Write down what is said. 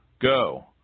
Go